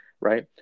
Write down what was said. right